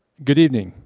good evening.